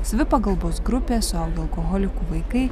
savipagalbos grupė suaugę alkoholikų vaikai